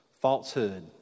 falsehood